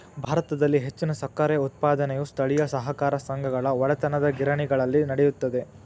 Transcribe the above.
ಭಾರತದಲ್ಲಿ ಹೆಚ್ಚಿನ ಸಕ್ಕರೆ ಉತ್ಪಾದನೆಯು ಸ್ಥಳೇಯ ಸಹಕಾರ ಸಂಘಗಳ ಒಡೆತನದಗಿರಣಿಗಳಲ್ಲಿ ನಡೆಯುತ್ತದೆ